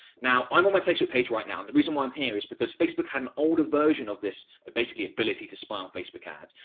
now, i'm on my facebook page right now and the reason why i'm here is because facebook had an older version of this, but basically, ability to spy on facebook ads.